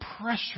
pressure